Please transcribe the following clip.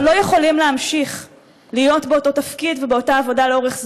אבל לא יכולים להמשיך להיות באותו תפקיד ובאותה עבודה לאורך זמן,